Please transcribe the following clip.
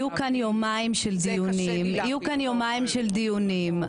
יהיו כאן יומיים של דיונים.